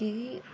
ते